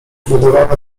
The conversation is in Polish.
wydawane